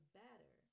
better